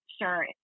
sure